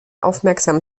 aufmerksam